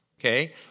okay